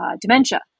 dementia